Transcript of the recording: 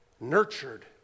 nurtured